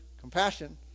compassion